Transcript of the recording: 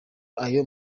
ayo